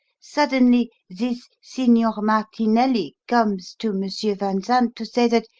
suddenly this signor martinelli comes to monsieur van zant to say that,